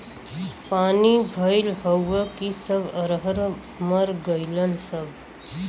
पानी भईल हउव कि सब अरहर मर गईलन सब